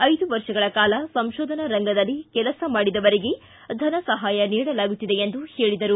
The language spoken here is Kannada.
ಐದು ವರ್ಷಗಳ ಕಾಲ ಸಂಶೋಧನಾ ರಂಗದಲ್ಲಿ ಕೆಲಸ ಮಾಡಿದವರಿಗೆ ಧನಸಹಾಯ ನೀಡಲಾಗುತ್ತಿದೆ ಎಂದು ಹೇಳಿದರು